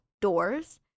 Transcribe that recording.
doors